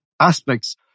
aspects